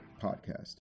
podcast